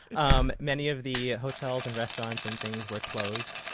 um many of the hotels, and restaurants and things were closed,